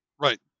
right